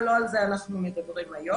אבל לא על זה אנחנו מדברים היום.